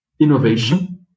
innovation